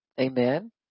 Amen